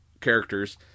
characters